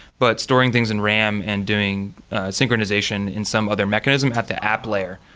but storing things in ram and doing synchronization in some other mechanism have to app layer.